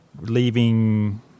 leaving